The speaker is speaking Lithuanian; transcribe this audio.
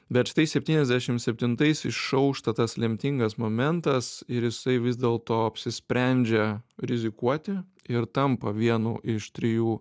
bet štai septyniasdešim septintais išaušta tas lemtingas momentas ir jisai vis dėl to apsisprendžia rizikuoti ir tampa vienu iš trijų